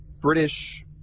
British